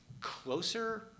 closer